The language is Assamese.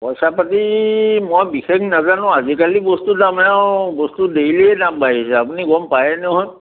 পইচা পাতি মই বিশেষ নাজানো আজিকালি বস্তু দামে আৰু বস্তু ডেইলিয়ে দাম বাঢ়িছে আপুনি গম পায়ে নহয়